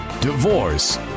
Divorce